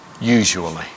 usually